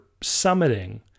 summiting